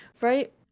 Right